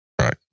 right